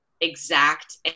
exact